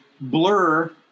Blur